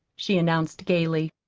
she announced gayly.